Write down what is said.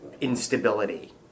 instability